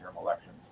elections